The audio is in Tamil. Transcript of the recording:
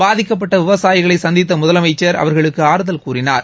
பாதிக்கப்பட்ட விவசாயிகளை சந்தித்த முதலமைச்சர் அவர்களுக்கு ஆறுதல் கூறினார்